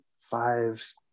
five